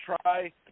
try